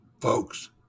Folks